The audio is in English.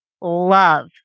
love